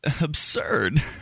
absurd